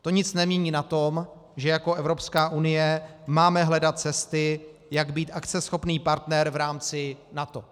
To nic nemění na tom, že jako Evropská unie máme hledat cesty, jak být akceschopný partner v rámci NATO.